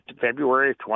February